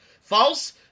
False